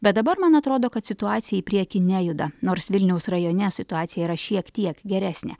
bet dabar man atrodo kad situacija į priekį nejuda nors vilniaus rajone situacija yra šiek tiek geresnė